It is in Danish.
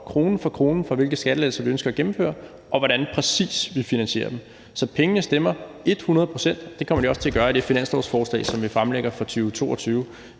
krone redegjorde for, hvilke skattelettelser vi ønsker at gennemføre, og hvordan vi præcis finansierer dem. Så pengene stemmer et hundrede procent, og det kommer de også til at gøre i det finanslovsforslag, som vi fremlægger for 2022